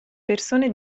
persone